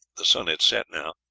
the sun had set now,